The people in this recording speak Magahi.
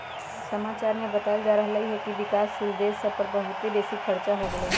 समाचार में बतायल जा रहल हइकि विकासशील देश सभ पर बहुते बेशी खरचा हो गेल हइ